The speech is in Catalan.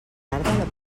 tarda